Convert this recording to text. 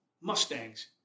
Mustangs